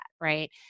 right